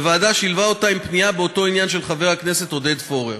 והוועדה שילבה אותו עם פנייה באותו עניין של חבר הכנסת עודד פורר.